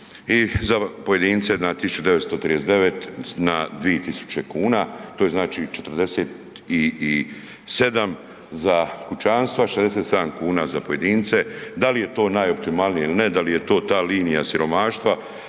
i za pojedince na 1.939 na 2.000 kuna to je znači 47 za kućanstva, 67 kuna za pojedince. Da li je to najoptimalnije ili ne da li je to ta linija siromaštva,